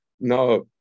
no